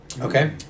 Okay